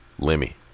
lemmy